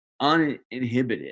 uninhibited